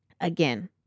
Again